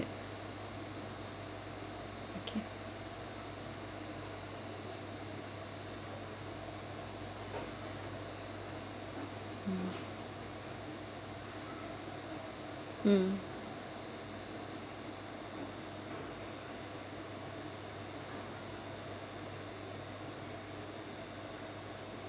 okay mm mm ya